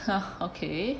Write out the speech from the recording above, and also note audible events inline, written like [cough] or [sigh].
[laughs] okay